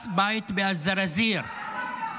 סליחה,